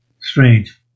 Strange